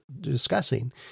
discussing